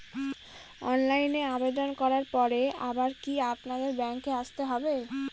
অনলাইনে আবেদন করার পরে আবার কি আপনাদের ব্যাঙ্কে আসতে হবে?